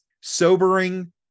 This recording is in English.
sobering